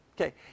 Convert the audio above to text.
okay